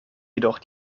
jedoch